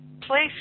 place